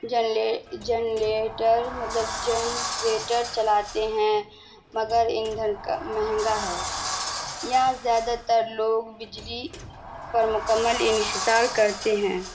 جن جنلیٹر مطلب جنریٹر چلاتے ہیں مگر اندھر کا مہنگا ہے یہاں زیادہ تر لوگ بجلی پر مکمل انحصار کرتے ہیں